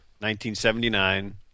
1979